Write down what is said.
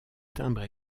timbre